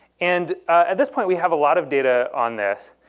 and at this point we have a lot of data on this,